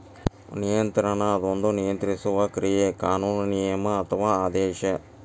ನಿಯಂತ್ರಣ ಅದೊಂದ ನಿಯಂತ್ರಿಸುವ ಕ್ರಿಯೆ ಕಾನೂನು ನಿಯಮ ಅಥವಾ ಆದೇಶ